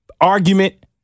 argument